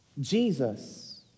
Jesus